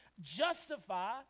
justify